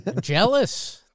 Jealous